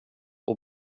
och